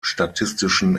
statistischen